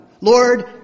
Lord